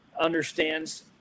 understands